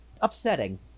upsetting